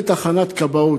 בלי תחנת כבאות.